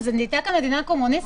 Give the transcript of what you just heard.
נהייתה כאן מדינה קומוניסטית?